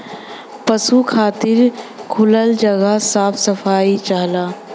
पसु खातिर खुलल जगह साफ सफाई चाहला